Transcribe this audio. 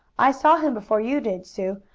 i saw him before you did, sue.